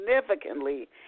significantly